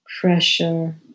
Pressure